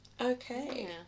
Okay